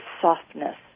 softness